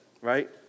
right